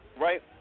Right